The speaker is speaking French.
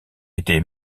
était